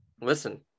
listen